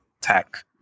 Tech